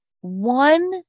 one